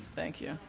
thank you.